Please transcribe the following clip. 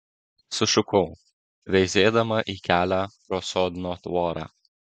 sušukau veizėdama į kelią pro sodno tvorą